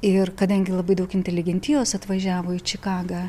ir kadangi labai daug inteligentijos atvažiavo į čikagą